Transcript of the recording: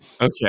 Okay